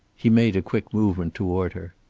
he made a quick movement toward her.